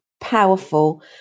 powerful